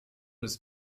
des